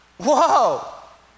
Whoa